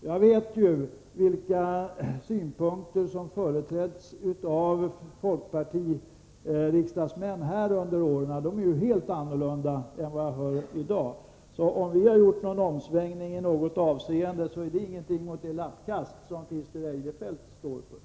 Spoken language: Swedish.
Jag vet ju vilka synpunkter som har företrätts av folkpartiriksdagsmän här under åren, och de är helt annorlunda än de jag hör i dag. Om vi har gjort en omsvängning i något avseende är det ingenting mot det lappkast som Christer Eirefelt står för.